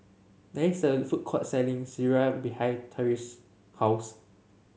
there is a food court selling Sireh behind Tresa's house